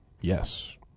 Yes